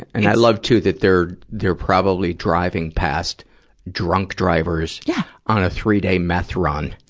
and i love, too, that they're, they're probably driving past drunk drivers yeah on a three-day meth run,